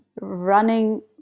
running